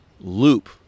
loop